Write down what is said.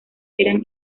eran